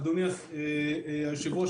אדוני היושב-ראש,